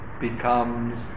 becomes